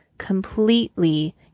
completely